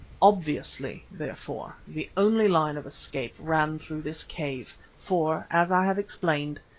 obviously, therefore, the only line of escape ran through this cave, for, as i have explained,